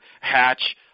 hatch